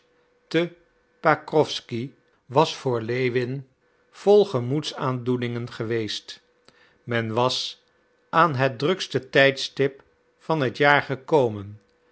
te pakrowsky was voor lewin vol gemoedsaandoeningen geweest men was aan het drukste tijdstip van het jaar gekomen